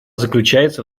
заключается